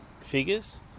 figures